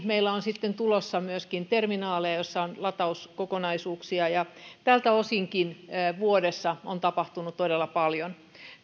meillä on sitten tulossa myöskin terminaaleja joissa on latauskokonaisuuksia tältäkin osin vuodessa on tapahtunut todella paljon